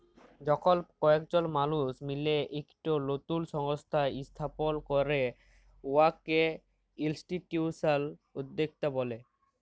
যখল কয়েকজল মালুস মিলে ইকট লতুল সংস্থা ইস্থাপল ক্যরে উয়াকে ইলস্টিটিউশলাল উদ্যক্তা ব্যলে